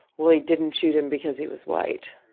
well, he didn't shoot him because he was white